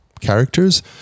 characters